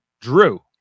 drew